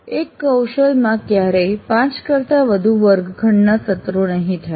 એક કૌશલમાં ક્યારેય 5 કરતાં વધુ વર્ગખંડના સત્રો નહિ થાય